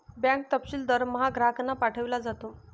bank तपशील दरमहा ग्राहकांना पाठविला जातो